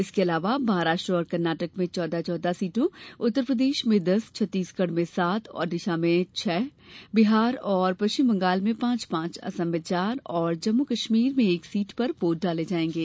इसके अलावा महाराष्ट्र और कर्नाटक में चौदह चौदह सीटों उत्तर प्रदेश में दस छत्तीसगढ़ में सात ओडिसा में छह बिहार और पश्चिम बंगाल में पांच पांच असम में चार तथा जम्मू कश्मीर में एक सीट पर भी वोट डाले जाएंगे